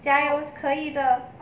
加油可以的